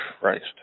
Christ